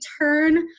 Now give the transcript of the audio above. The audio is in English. turn